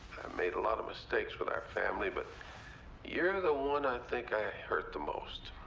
made a lot of mistakes with our family, but you're the one i think i hurt the most.